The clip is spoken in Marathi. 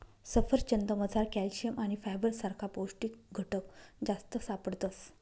सफरचंदमझार कॅल्शियम आणि फायबर सारखा पौष्टिक घटक जास्त सापडतस